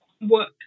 work